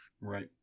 Right